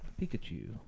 Pikachu